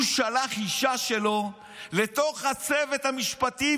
הוא שלח אישה שלו לתוך הצוות המשפטי,